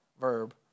verb